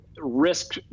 Risk